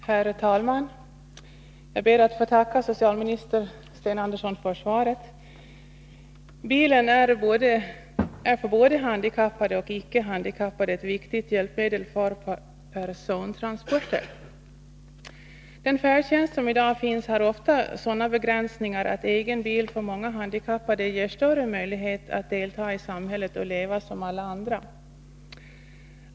Herr talman! Jag ber att få tacka socialminister Sten Andersson för svaret. Bilen är för både handikappade och icke-handikappade ett viktigt hjälpmedel för persontransporter. Den färdtjänst som i dag finns har ofta sådana begränsningar att egen bil för många handikappade ger bättre möjlighet att delta i samhället och leva som alla andra.